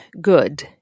good